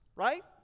Right